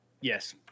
Yes